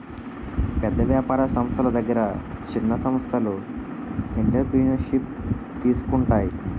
పెద్ద వ్యాపార సంస్థల దగ్గర చిన్న సంస్థలు ఎంటర్ప్రెన్యూర్షిప్ తీసుకుంటాయి